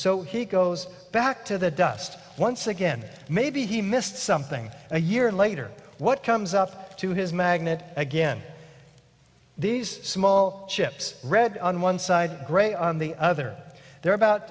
so he goes back to the dust once again maybe he missed something a year later what comes up to his magnet again these small chips red on one side gray on the other they're about